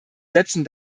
setzen